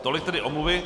Tolik tedy omluvy.